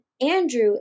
andrew